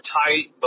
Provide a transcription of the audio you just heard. tight